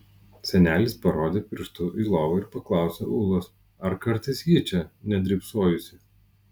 senelis parodė pirštu į lovą ir paklausė ūlos ar kartais ji čia nedrybsojusi